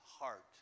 heart